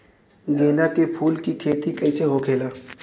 गेंदा के फूल की खेती कैसे होखेला?